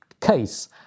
case